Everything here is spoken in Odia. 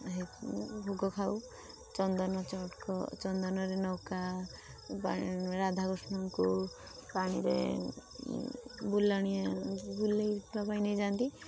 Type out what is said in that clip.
ଭୋଗ ଖାଉ ଚନ୍ଦନ ଚକ ଚନ୍ଦନରେ ଲଗା ରାଧାକୃଷ୍ଣଙ୍କୁ ପାଣିରେ ବୁଲାଣିଆ ବୁଲାଇବା ପାଇଁ ନେଇଯାଆନ୍ତି